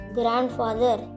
grandfather